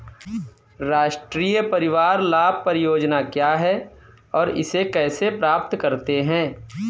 राष्ट्रीय परिवार लाभ परियोजना क्या है और इसे कैसे प्राप्त करते हैं?